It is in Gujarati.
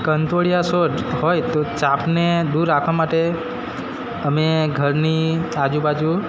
કંથોડિયા છોડ હોય તો સાપને દૂર રાખવા માટે અમે ઘરની આજુબાજુ